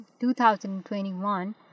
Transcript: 2021